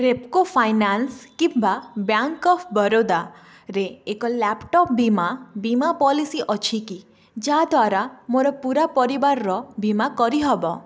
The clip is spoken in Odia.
ରେପ୍କୋ ଫାଇନାନ୍ସ୍ କିମ୍ବା ବ୍ୟାଙ୍କ ଅଫ୍ ବରୋଦାରେ ଏକ ଲ୍ୟାପ୍ଟପ୍ ବୀମା ବୀମା ପଲିସି ଅଛି କି ଯାହାଦ୍ଵାରା ମୋର ପୂରା ପରିବାରର ବୀମା କରିହବ